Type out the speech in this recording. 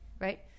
right